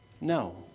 no